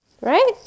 Right